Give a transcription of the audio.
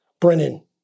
Brennan